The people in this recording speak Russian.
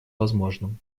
возможным